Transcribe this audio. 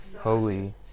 holy